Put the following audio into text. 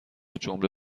جمله